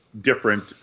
different